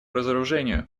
разоружению